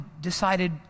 decided